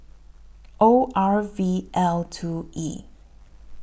O R V L two E